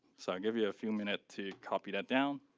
so i'll give you a few minutes to copy that down.